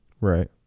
right